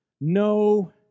no